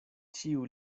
ĉiu